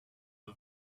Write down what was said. the